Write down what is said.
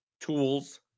tools